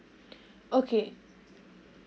okay